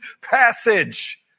passage